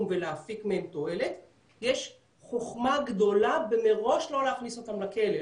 ולהפיק מהם תועלת יש חוכמה גדולה מראש לא להכניס אותם לכלא,